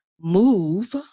move